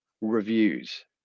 reviews